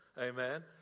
amen